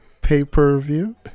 Pay-per-view